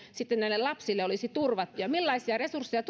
sitten näille lapsille olisi turvattu millaisia resursseja